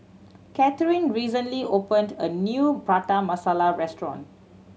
Catharine recently opened a new Prata Masala restaurant